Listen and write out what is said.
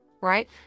right